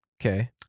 Okay